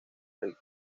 rica